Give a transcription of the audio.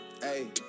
Hey